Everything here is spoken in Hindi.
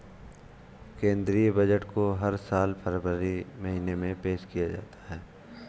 केंद्रीय बजट को हर साल फरवरी महीने में पेश किया जाता है